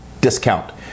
discount